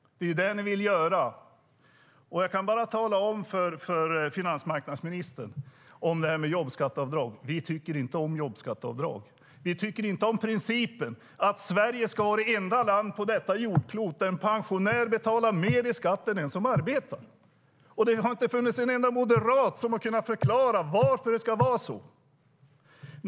Det är det ni vill göra. Vi tycker inte om jobbskatteavdrag, finansmarknadsministern. Vi tycker inte om principen att Sverige ska vara det enda land på detta jordklot där en pensionär betalar mer i skatt än en som arbetar. Det har inte funnits en enda moderat som kunnat förklara varför det ska vara så.